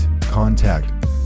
contact